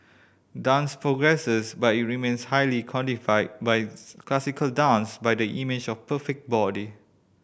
dance progresses but it remains highly codified by classical dance by the image of the perfect body